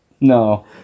No